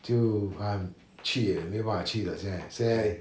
就看去也没办法去了现在